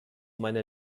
meiner